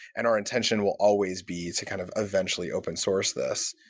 and our intention will always be to kind of eventually open-source this.